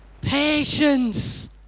Patience